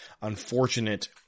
unfortunate